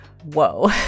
whoa